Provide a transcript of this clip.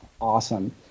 awesome